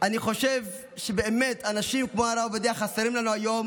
אני חושב שאנשים כמו הרב עובדיה חסרים לנו היום,